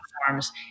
platforms